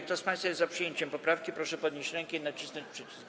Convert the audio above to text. Kto z państwa jest za przyjęciem poprawki, proszę podnieść rękę i nacisnąć przycisk.